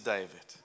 David